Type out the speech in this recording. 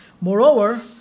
Moreover